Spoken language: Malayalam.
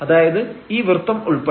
അതായത് ഈ വൃത്തം ഉൾപ്പെടെ